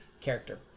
character